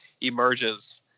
emerges